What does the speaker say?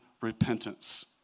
repentance